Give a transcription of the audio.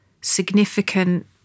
significant